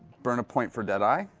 burn a point for dead-eye,